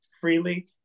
freely